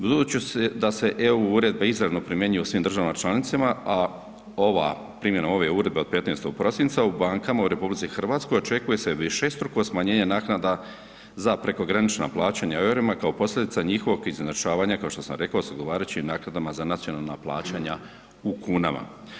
Budući da se EU uredbe izravno primjenjuju u svim državama članicama, a ova, primjenom ove uredbe od 15. prosinca u bankama u RH očekuje se višestruko smanjenje naknada za prekogranična plaćanja u EUR-ima kao posljedica njihovog izjednačavanja kao što sam rekao s odgovarajućim naknadama za nacionalna plaćanja u kunama.